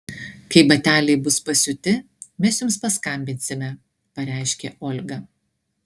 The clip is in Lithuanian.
kai bateliai bus pasiūti mes jums paskambinsime pareiškė olga